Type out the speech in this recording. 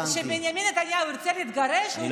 כשבנימין נתניהו ירצה להתגרש הוא יצטרך את הדיינים.